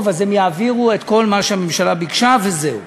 הם יעבירו את כל מה שהממשלה ביקשה וזהו.